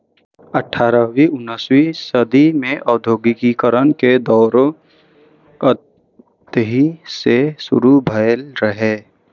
अठारहवीं उन्नसवीं सदी मे औद्योगिकीकरण के दौर एतहि सं शुरू भेल रहै